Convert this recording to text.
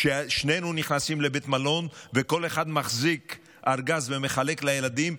כששנינו נכנסים לבית מלון וכל אחד מחזיק ארגז ומחלק לילדים,